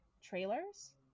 trailers